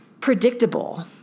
predictable